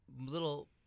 little